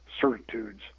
certitudes